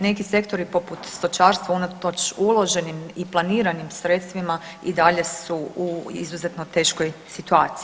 Neki sektori poput stočarstva unatoč uloženim i planiranim sredstvima i dalje su u izuzetno teškoj situaciji.